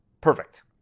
perfect